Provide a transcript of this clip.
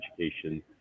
education